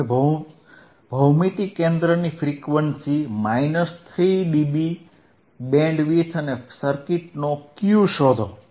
હવે ભૌમિતિક કેન્દ્રની ફ્રીક્વન્સી 3dB બેન્ડવિડ્થ અને સર્કિટનો Q શોધો